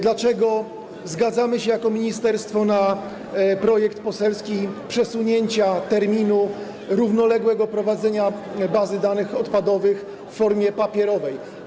Dlaczego zgadzamy się jako ministerstwo na poselski projekt przesunięcia terminu równoległego prowadzenia bazy danych odpadowych w formie papierowej?